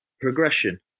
progression